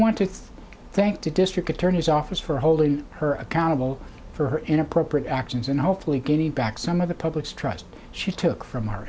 want to thank the district attorney's office for holding her accountable for her inappropriate actions and hopefully getting back some of the public's trust she took from our